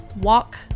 walk